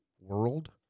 world